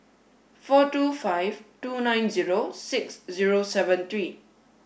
four two five two nine zero six zero seven three